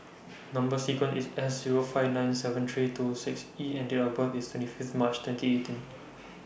Number sequence IS S Zero five nine seven three two six E and Date of birth IS twenty Fifth March twenty eighteen